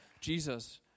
Jesus